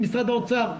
משרד האוצר,